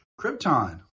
Krypton